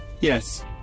Yes